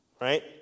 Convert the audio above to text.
right